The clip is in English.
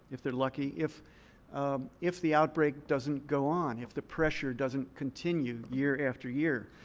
if they're lucky. if um if the outbreak doesn't go on, if the pressure doesn't continue year after year,